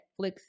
Netflix